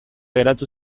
geratu